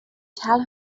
tell